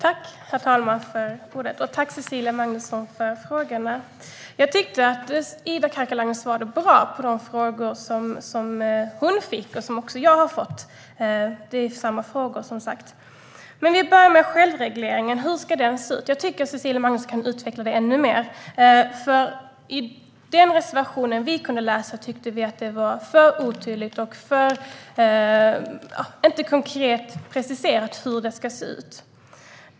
Herr talman! Tack, Cecilia Magnusson, för frågorna! Jag tyckte att Ida Karkiainen svarade bra på de frågor hon fick och som också jag har fått - det är som sagt samma frågor. Vi börjar med självregleringen. Hur ska den se ut? Jag tycker att Cecilia Magnusson kan utveckla det ännu mer, för i den reservation vi har läst tyckte vi att det var för otydligt och inte konkret preciserat hur det ska se ut.